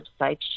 website